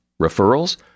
Referrals